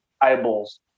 eyeballs